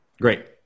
Great